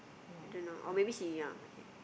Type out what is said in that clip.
I don't know or maybe she yeah okay